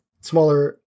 smaller